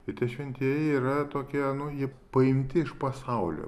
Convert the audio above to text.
ir tie šventieji yra tokie nu jie paimti iš pasaulio